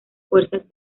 fuerzas